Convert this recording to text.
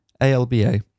A-L-B-A